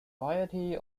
variety